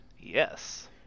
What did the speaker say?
Yes